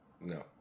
No